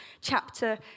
chapter